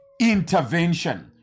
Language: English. intervention